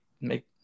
make